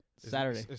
Saturday